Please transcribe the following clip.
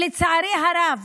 לצערי הרב,